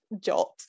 jot